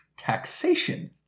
Taxation